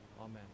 Amen